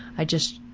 i just,